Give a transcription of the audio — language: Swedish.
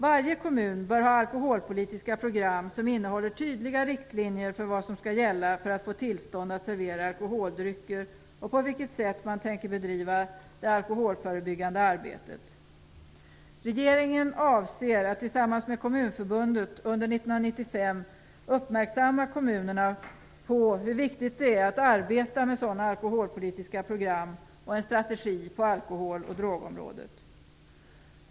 Varje kommun bör ha alkoholpolitiska program som innehåller tydliga riktlinjer för vad som skall gälla för att man skall få tillstånd att servera alkoholdrycker och på vilket sätt kommunen tänker bedriva det alkoholförebyggande arbetet. Regeringen avser att tillsammans med Kommunförbundet under 1995 uppmärksamma kommunerna på hur viktigt det är att de arbetar med sådana alkoholpolitiska program och en strategi på alkohol och drogområdet.